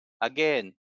again